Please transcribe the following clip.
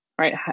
right